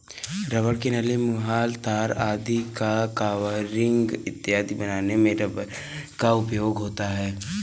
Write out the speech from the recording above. rubber की नली, मुहर, तार आदि का कवरिंग इत्यादि बनाने में रबर का उपयोग होता है